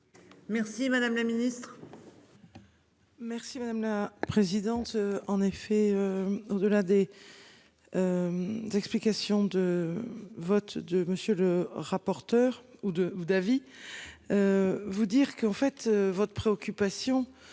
Merci madame la ministre. Merci madame la présidente, en effet. De l'un des. Explications de vote de monsieur le rapporteur ou de, ou d'avis. Vous dire qu'en fait votre préoccupation.